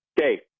Okay